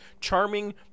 charming